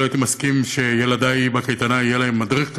לא הייתי מסכים שבקייטנה יהיה לילדי מדריך כזה,